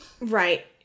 Right